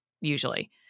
usually